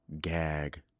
Gag